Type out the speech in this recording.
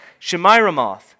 Shemiramoth